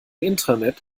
intranet